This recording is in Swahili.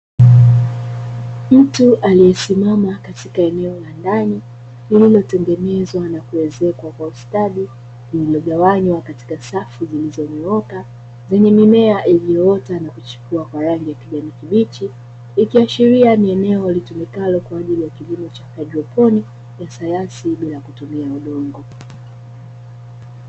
Mtu aliyesimama katika eneo la ndani, lililotengenezwa na kuezekwa kwa ustadi, lililogawanywa katika safu zilizonyooka, zenye mimea iliyoota na kuchipua kwa rangi ya kijani kibichi, ikiashiria ni eneo linalotumikalo kwa ajili ya kilimo cha haidroponi, ya sayansi ya bila kutumia udongo.